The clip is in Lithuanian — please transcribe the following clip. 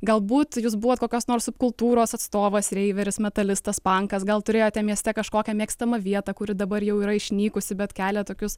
galbūt jūs buvot kokios nors subkultūros atstovas reiveris metalistas pankas gal turėjote mieste kažkokią mėgstamą vietą kuri dabar jau yra išnykusi bet kelia tokius